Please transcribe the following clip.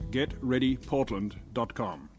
GetReadyPortland.com